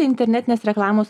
internetinės reklamos